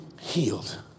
healed